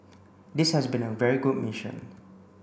this has been a very good mission